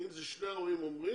אם זה עם שני ההורים יקשר.